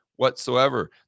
whatsoever